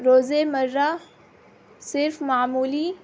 روز مرہ صرف معمولی